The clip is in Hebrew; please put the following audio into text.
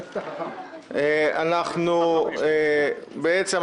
נעבור לנושא השני: קביעת דיון משולב במליאה בשתי הצעות החוק הנ"ל.